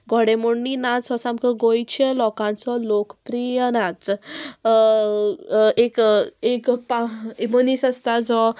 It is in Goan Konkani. घोडेमोडणीन नाच हो सामको गोंयच्या लोकांचो लोकप्रीय नाच एक एक पा मनीस आसता जो